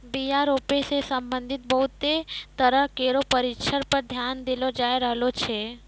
बीया रोपै सें संबंधित बहुते तरह केरो परशिक्षण पर ध्यान देलो जाय रहलो छै